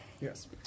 Yes